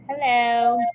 Hello